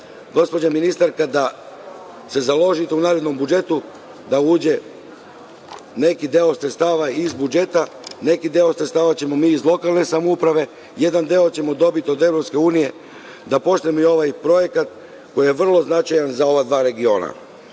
gospođo ministarka, da se založite u narednom budžetu da uđe neki deo sredstava iz budžeta, neki deo sredstava ćemo mi iz lokalne samouprave, jedan deo ćemo dobiti od Evropske unije da počnemo i ovaj projekat koji je vrlo značajan za ova dva regiona.